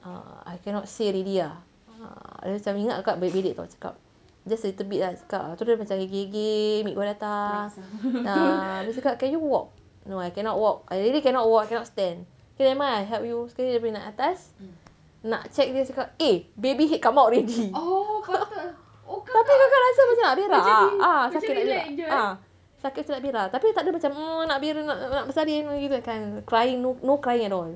I cannot say already ah err dia macam ingat kakak bedek-bedek [tau] cakap just a little bit ah cakap lepas tu dia macam hegeh-hegeh ambil my data err dia cakap can you walk no I cannot walk I really cannot walk I cannot stand okay nevermind lah I help you sekali dah pergi naik atas nak check dia cakap eh baby head come out already tapi kakak rasa macam nak berak ah ah sakit macam nak berak tapi kakak tak ada macam mm nak berak nak bersalin macam tu kind crying no no crying you know